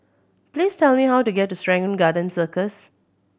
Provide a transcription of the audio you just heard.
please tell me how to get to Serangoon Garden Circus